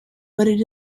but